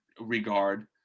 regard